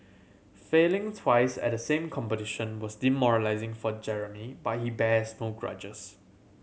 failing twice at the same competition was demoralising for Jeremy but he bears no grudges